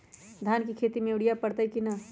धान के खेती में यूरिया परतइ कि न?